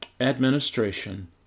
administration